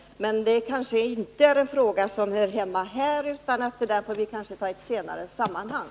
Men det kanske är en fråga som inte hör hemma här utan som vi får ta upp i ett senare sammanhang.